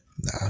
nah